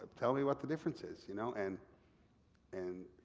tell me what the difference is. you know and and